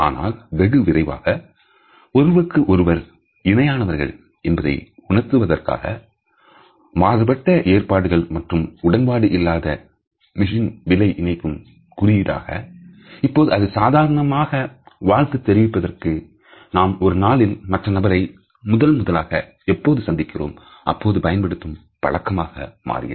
ஆனால் வெகு விரைவாக ஒருவருக்கு ஒருவர் இணையானவர்கள் என்பதை உணர்த்துவதற்காக மாறுபட்ட ஏற்பாடுகள் மற்றும் உடன்பாடு இல்லாத மிஷின் விலை இணைக்கும் குறியீடாக இப்பொழுது அது சாதாரணமாக வாழ்த்து தெரிவிப்பதற்கு நாம் ஒரு நாளில் மற்ற நபரை முதன்முதலாக எப்போது சந்திக்கிறோம் அப்பொழுது பயன்படுத்தும் பழக்கமாக மாறியது